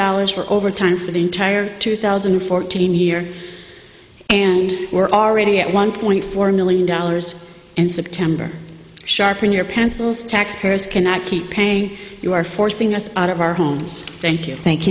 dollars for overtime for the entire two thousand and fourteen year and we're already at one point four million dollars and september sharpen your pencils taxpayers cannot keep paying you are forcing us out of our homes thank you thank